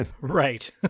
Right